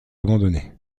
abandonnée